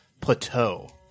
plateau